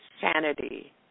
sanity